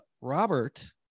Robert